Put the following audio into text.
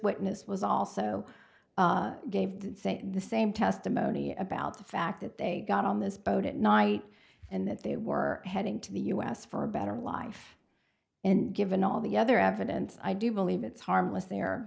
witness was also gave the same testimony about the fact that they got on this boat at night and that they were heading to the u s for a better life and given all the other evidence i do believe it's harmless